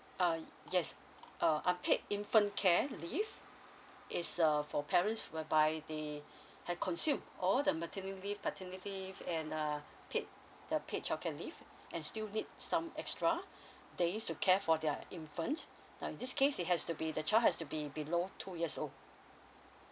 uh yes uh unpaid infant care leave is uh for parents whereby they had consumed all the maternity leave paternity leave and uh paid the paid childcare leave and still need some extra days to care for their infant now in this case it has to be the child has to be below two years old